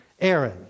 Aaron